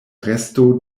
resto